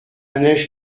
neige